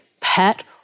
pet